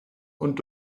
und